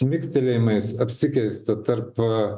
smikstelėjimais apsikeista tarp